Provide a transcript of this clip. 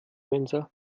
mensa